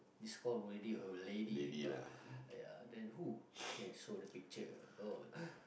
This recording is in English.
this call worthy of lady but ya then who then show the picture oh